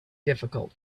difficult